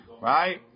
Right